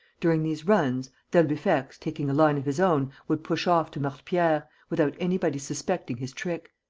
during these runs, d'albufex, taking a line of his own, would push off to mortepierre, without anybody's suspecting his trick.